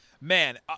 Man